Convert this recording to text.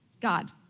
God